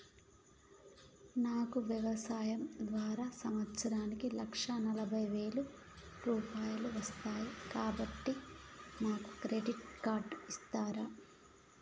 నాకు వ్యవసాయం ద్వారా సంవత్సరానికి లక్ష నలభై వేల రూపాయలు వస్తయ్, కాబట్టి నాకు క్రెడిట్ కార్డ్ ఇస్తరా?